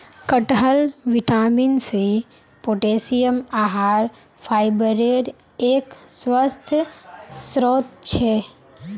कटहल vitamin C, potassium, आहार फाइबरेर एक स्वस्थ स्रोत छे